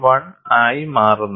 1 ആയി മാറുന്നു